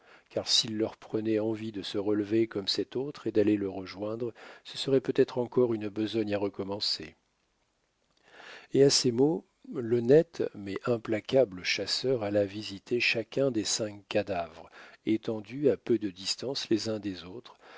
car s'il leur prenait envie de se relever comme cet autre et d'aller le rejoindre ce serait peut-être encore une besogne à recommencer et à ces mots l'honnête mais implacable chasseur alla visiter chacun des cinq cadavres étendus à peu de distance les uns des autres